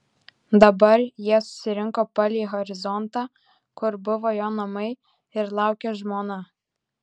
dabar jie susirinko palei horizontą kur buvo jo namai ir laukė žmona